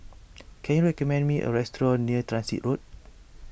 can you recommend me a restaurant near Transit Road